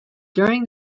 during